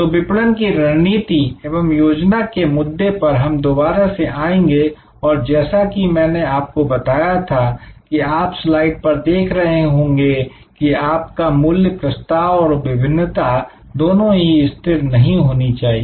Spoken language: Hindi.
तो विपणन की रणनीति एवं योजना के मुद्दे पर हम दोबारा से आएंगे और जैसा कि मैंने आपको बताया था कि आप स्लाइड पर देख रहे होंगे की आपका मूल्य प्रस्ताव और विभिन्नता दोनों ही स्थिर नहीं होने चाहिए